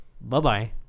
bye-bye